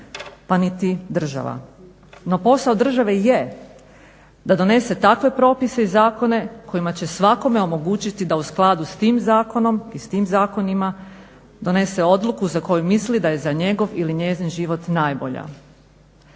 pa niti država. No, posao države je da donese takve propise i zakone kojima će svakome omogućiti da u skladu s tim zakonom i tim zakonima donese odluku za koju misli da je za njegov ili njezin život najbolja.